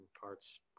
parts